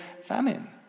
famine